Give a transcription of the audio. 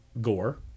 gore